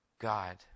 God